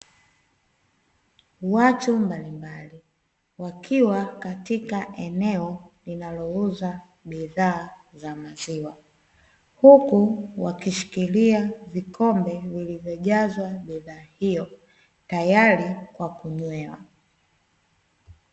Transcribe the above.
Watu mbalimbali wakiwa katika eneo linalouza bidhaa za maziwa, huku wakishikilia vikombe vilivyojazwa bidhaa hiyo tayari kwa kunywea.